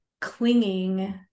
clinging